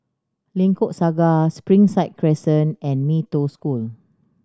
Lengkok Saga Springside Crescent and Mee Toh School